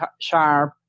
Sharp